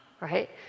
right